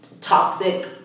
toxic